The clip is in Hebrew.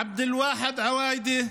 עבד אל-ואחד עוואבדה,